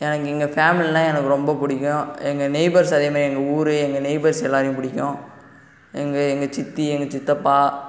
எனக்கு எங்கள் ஃபேமிலினால் எனக்கு ரொம்ப பிடிக்கும் எங்கள் நெய்பர்ஸ் அதே மாதிரி எங்கள் ஊர் எங்கள் நெய்பர்ஸ் எல்லோரையும் பிடிக்கும் எங்கள் எங்கள் சித்தி எங்கள் சித்தப்பா